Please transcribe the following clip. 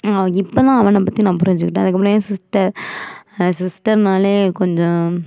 இப்ப தான் அவனை பற்றி நான் புரிஞ்சுக்கிட்டேன் அதுக்கு அப்புறம் ஏன் சிஸ்டர் சிஸ்டர்னால கொஞ்சம்